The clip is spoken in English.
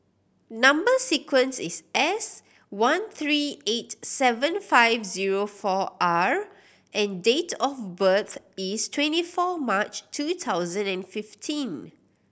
number sequence is S one three eight seven five zero four R and date of birth is twenty four March two thousand and fifteen